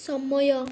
ସମୟ